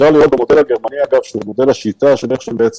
אפשר לראות במודל הגרמני שהוא דוגל בשיטה שישבו